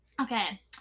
Okay